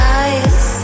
eyes